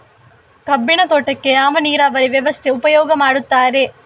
ಕಬ್ಬಿನ ತೋಟಕ್ಕೆ ಯಾವ ನೀರಾವರಿ ವ್ಯವಸ್ಥೆ ಉಪಯೋಗ ಮಾಡುತ್ತಾರೆ?